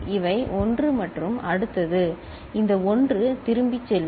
இவை 1 மற்றும் அடுத்தது இந்த 1 திரும்பிச் செல்லும்